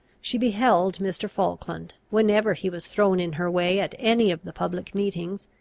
she beheld mr. falkland, whenever he was thrown in her way at any of the public meetings,